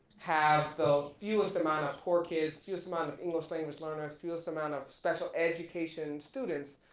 have the fewest amount of poor kids, fewest amount of english language learners, fewest amount of special education students,